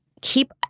keep